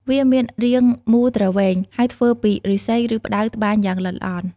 វាមានរាងមូលទ្រវែង ហើយធ្វើពីឫស្សី ឬផ្តៅត្បាញយ៉ាងល្អិតល្អន់។